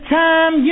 time